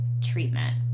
treatment